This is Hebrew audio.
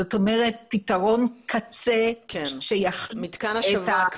זאת אומרת פתרון קצה שיכיל את ה- -- מתקן השבה.